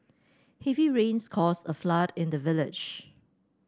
heavy rains caused a flood in the village